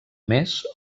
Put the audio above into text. més